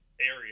area